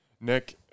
Nick